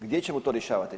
Gdje ćemo to rješavati?